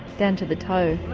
down to the toe.